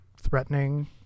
threatening